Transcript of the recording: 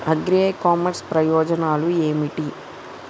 Agri e commerce ప్రయోజనాలు ఏమిటి?